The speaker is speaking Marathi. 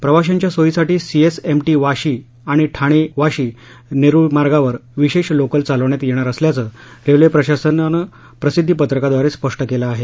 प्रवाशांच्या सोयीसाठी सीएसएमटी वाशी आणि ठाणे वाशी नेरूळ मार्गावर विशेष लोकल चालवण्यात येणार असल्याचं रेल्वेप्रशासनान प्रसिध्दीपत्रकाद्वारे स्पष्ट केलं आहे